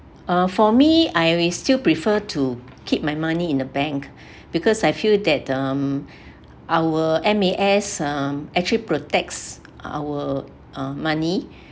uh for me I will still prefer to keep my money in the bank because I feel that um our M_A_S um actually protects our uh money